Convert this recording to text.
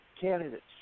Candidates